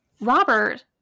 robert